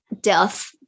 death